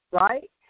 right